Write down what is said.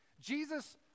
Jesus